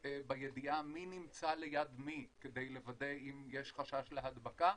בידיעה מי נמצא ליד מי כדי לוודא אם יש חשש להדבקה,